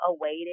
awaited